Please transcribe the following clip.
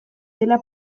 dela